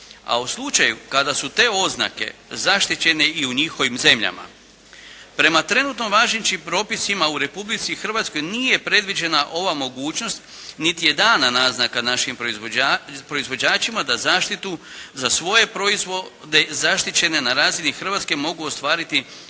a u slučaju kada su te oznake zaštićene i u njihovim zemljama. Prema trenutno važećim propisima u Republici Hrvatskoj nije predviđena ova mogućnost, niti je dana naznaka našim proizvođačima da zaštitu za svoje proizvode zaštićene na razini Hrvatske mogu ostvariti